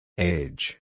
Age